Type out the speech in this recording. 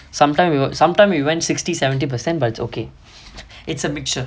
sometime we will sometime we went sixty seventy percent but it's okay it's a mixture